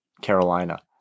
Carolina